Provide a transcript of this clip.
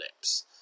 lips